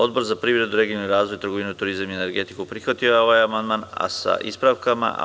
Odbor za privredu, regionalni razvoj, trgovinu, turizam i energetiku prihvatio je ovaj amandman sa ispravkom.